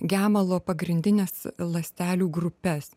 gemalo pagrindines ląstelių grupes